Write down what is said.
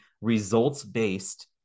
results-based